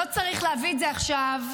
לא צריך להביא את זה עכשיו,